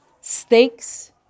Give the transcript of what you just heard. stakes